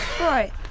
right